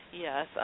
Yes